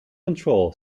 control